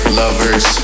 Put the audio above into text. lovers